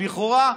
לכאורה,